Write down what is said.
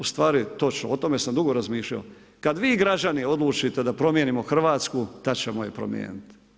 Ustvari točno, o tome sam dugo razmišljao, kada vi građani odlučite da promijenimo Hrvatsku tada ćemo je promijeniti.